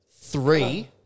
three